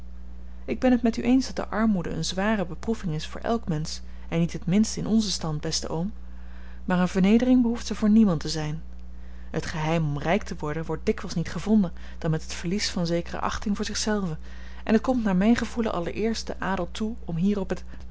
ik ben het met u eens dat de armoede eene zware beproeving is voor elk mensch en niet het minst in onzen stand beste oom maar eene vernedering behoeft zij voor niemand te zijn het geheim om rijk te worden wordt dikwijls niet gevonden dan met het verlies van zekere achting voor zich zelven en het komt naar mijn gevoelen allereerst den adel toe om hier op het